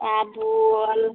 आबु अल